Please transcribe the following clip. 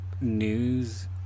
news